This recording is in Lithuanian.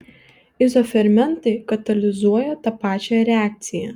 izofermentai katalizuoja tą pačią reakciją